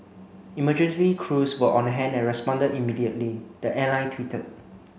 emergency crews were on hand and responded immediately the airline tweeted